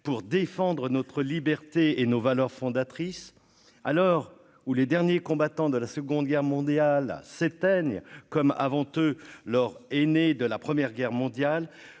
pour défendre notre liberté et nos valeurs fondatrices alors où les derniers combattants de la Seconde Guerre mondiale s'éteignent comme avant eux lors est née de la première guerre mondiale,